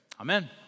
Amen